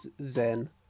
zen